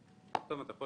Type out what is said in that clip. אצלכם?